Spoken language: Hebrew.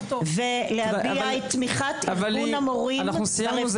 -- ולהביע את תמיכת ארגון המורים בכל המתווה -- אנחנו סיימנו,